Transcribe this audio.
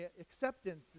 Acceptance